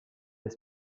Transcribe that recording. est